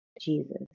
Jesus